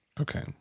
Okay